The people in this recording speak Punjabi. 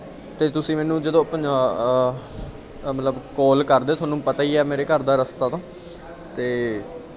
ਅਤੇ ਤੁਸੀਂ ਮੈਨੂੰ ਜਦੋਂ ਮਤਲਬ ਕਾਲ ਕਰ ਦਿਓ ਤੁਹਾਨੂੰ ਪਤਾ ਹੀ ਆ ਮੇਰੇ ਘਰ ਦਾ ਰਸਤਾ ਤਾਂ ਅਤੇ